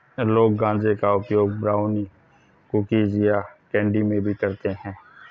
लोग गांजे का उपयोग ब्राउनी, कुकीज़ या कैंडी में भी करते है